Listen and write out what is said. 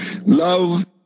Love